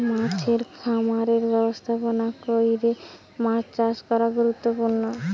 মাছের খামারের ব্যবস্থাপনা কইরে মাছ চাষ করা গুরুত্বপূর্ণ